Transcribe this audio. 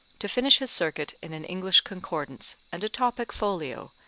to finish his circuit in an english concordance and a topic folio,